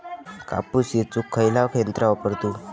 कापूस येचुक खयला यंत्र वापरू?